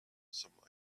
some